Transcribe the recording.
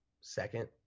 second